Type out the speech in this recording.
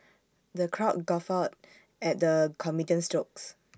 the crowd guffawed at the comedian's jokes